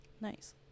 nice